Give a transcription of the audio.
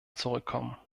zurückkommen